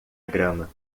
grama